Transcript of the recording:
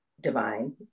divine